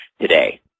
today